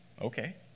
Okay